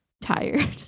tired